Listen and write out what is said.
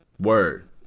Word